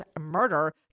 murder